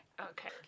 Okay